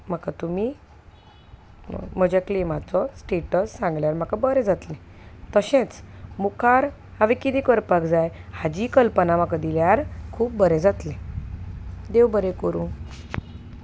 म्हाका तुमी म्हज्या क्लेमाचो स्टेटस सांगल्यार म्हाका बरें जातलें तशेंच मुखार हांवें कितेें करपाक जाय हाची कल्पना म्हाका दिल्यार खूब बरें जातलें देव बरें करूं